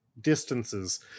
distances